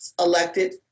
elected